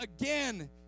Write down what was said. again